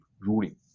ruling